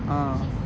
uh